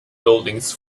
buildings